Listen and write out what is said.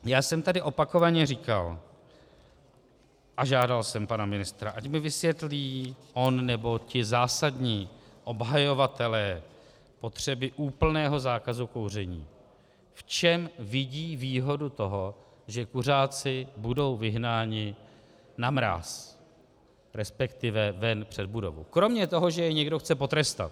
Já jsem tady opakovaně říkal a žádal jsem pana ministra, ať mi vysvětlí on nebo ti zásadní obhajovatelé potřeby úplného zákazu kouření, v čem vidí výhodu toho, že kuřáci budou vyhnáni na mráz, resp. ven před budovu, kromě toho, že je někdo chce potrestat.